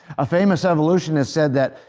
a famous evolutionist said that,